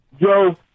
Joe